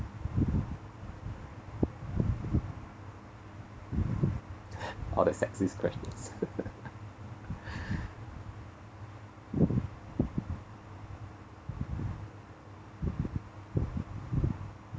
all the sexist question